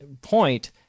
point